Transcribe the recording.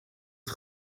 het